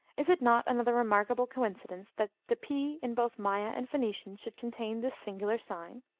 is it not another remarkable coincidence that the p, in both maya and phoenician, should contain this singular sign?